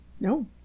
No